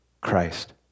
Christ